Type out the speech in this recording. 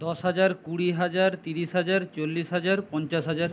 দশ হাজার কুড়ি হাজার তিরিশ হাজার চল্লিশ হাজার পঞ্চাশ হাজার